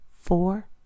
four